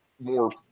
more